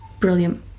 Brilliant